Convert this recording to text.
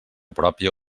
pròpia